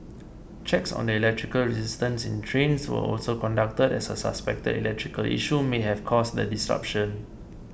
checks on the electrical resistance in trains were also conducted as a suspected electrical issue may have caused the disruption